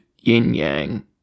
yin-yang